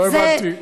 לא הבנתי.